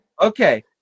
Okay